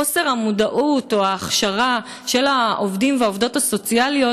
חוסר המודעות או ההכשרה של העובדים והעובדות הסוציאליות